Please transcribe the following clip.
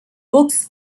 books